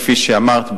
כפי שאמרת,